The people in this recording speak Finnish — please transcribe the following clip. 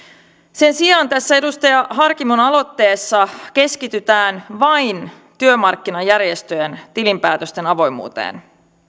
sen sijaan tässä edustaja harkimon aloitteessa keskitytään vain työmarkkinajärjestöjen tilinpäätösten avoimuuteen